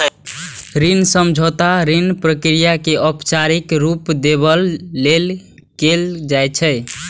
ऋण समझौता ऋण प्रक्रिया कें औपचारिक रूप देबय लेल कैल जाइ छै